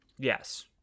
Yes